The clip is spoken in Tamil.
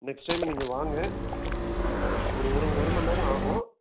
நெக்ஸ்ட் டைம் நீங்கள் வாங்க ஒரு ஒரு ஒரு மணி நேரம் ஆகும்